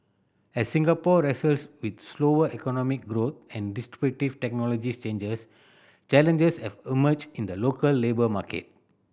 as Singapore wrestles with slower economic growth and disruptive technologies changes challenges have emerged in the local labour market